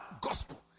gospel